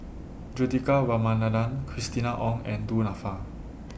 Juthika Ramanathan Christina Ong and Du Nanfa